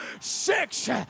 six